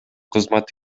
кызмат